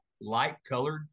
light-colored